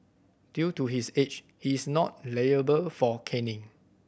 due to his age he is not liable for caning